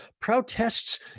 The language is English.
protests